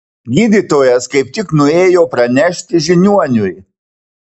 gydytojas kaip tik nuėjo pranešti žiniuoniui